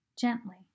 gently